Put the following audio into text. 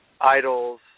idols